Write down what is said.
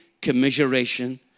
commiseration